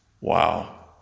Wow